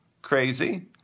crazy